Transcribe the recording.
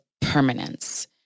permanence